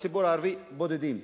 ובציבור הערבי, בודדים.